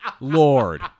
Lord